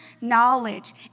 knowledge